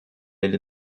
elli